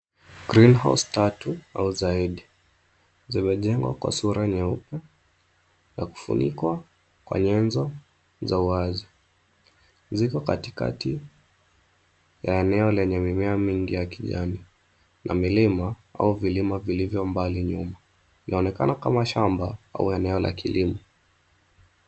Green house tatu au zaidi, zimejengwa kwa sura nyeupe, ya kufunikwa, kwa nyenzo za wazi. Ziko katikati, ya eneo lenye mimea mingi ya kijani, na milima au vilima vilivyo mbali nyuma. Inaonekana kama shamba, au eneo la kilimo.